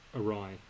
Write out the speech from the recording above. awry